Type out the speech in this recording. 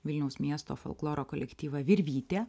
vilniaus miesto folkloro kolektyvą virvytė